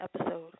episode